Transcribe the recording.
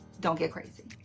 don't get crazy.